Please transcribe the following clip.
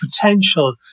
potential